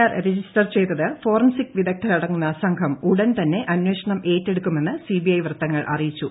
R register ചെയ്ത് forensic വിദഗ്ധരടങ്ങുന്ന സംഘം ഉടൻ തന്നെ അന്വേഷണം ഏറ്റെടുക്കുമെന്ന് സിബിഐ വൃത്തങ്ങൾ അറിയിച്ചു